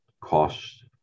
cost